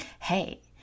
Hey